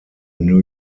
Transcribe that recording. new